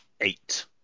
eight